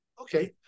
Okay